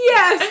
Yes